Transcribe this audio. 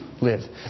live